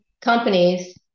companies